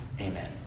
Amen